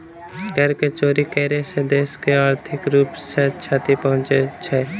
कर के चोरी करै सॅ देश के आर्थिक रूप सॅ क्षति पहुँचे छै